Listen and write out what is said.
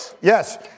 Yes